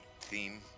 theme